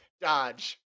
dodge